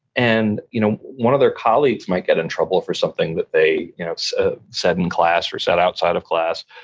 and you know one of their colleagues might get in trouble for something that they ah said in class or said outside of class,